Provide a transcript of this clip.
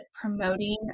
promoting